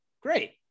Great